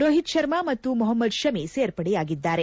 ರೋಹಿತ್ ಶರ್ಮಾ ಮತ್ತು ಮೊಹಮ್ನದ್ ಶಮಿ ಸೇರ್ಪಡೆಯಾಗಿದ್ದಾರೆ